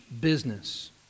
business